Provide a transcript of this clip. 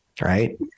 right